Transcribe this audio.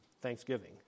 Thanksgiving